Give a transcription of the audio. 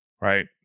right